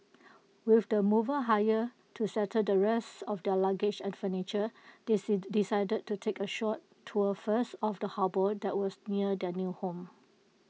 with the mover hire to settle the rest of their luggage and furniture decided to take A short tour first of the harbour that was near their new home